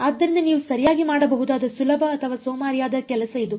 ಆದ್ದರಿಂದ ನೀವು ಸರಿಯಾಗಿ ಮಾಡಬಹುದಾದ ಸುಲಭ ಅಥವಾ ಸೋಮಾರಿಯಾದ ಕೆಲಸ ಇದು